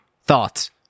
Thoughts